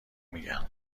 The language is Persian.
میگن